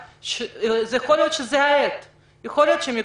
יכול להיות שזו העת לזה,